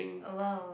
awhile